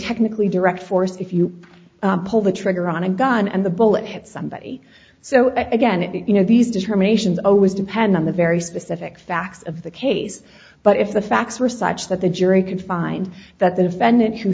technically direct force if you pull the trigger on a gun and the bullet hit somebody so again you know these determinations always depend on the very specific facts of the case but if the facts are such that the jury can find that the defendant